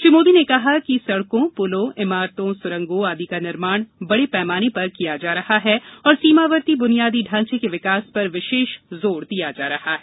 श्री मोदी ने कहा कि सडकों पुलों इमारतों सुरंगों आदि का निर्माण बडे पैमाने पर किया जा रहा है और सीमावर्ती बुनियादी ढांचे के विकास पर विशेष जोर दिया जा रहा है